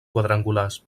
quadrangulars